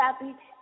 happy